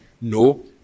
No